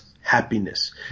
happiness